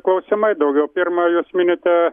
klausimai daugiau pirma jūs minite